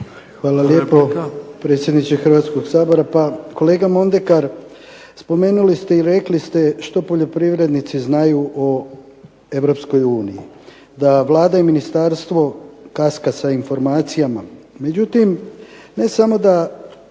Hvala lijepa predsjedniče Hrvatskoga sabora. Pa, kolega Mondekar rekli ste i što poljoprivrednici znaju o Europskoj uniji. Da Vlada i Ministarstvo kaska sa informacijama, međutim, ne samo da